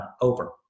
over